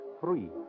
free